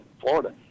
Florida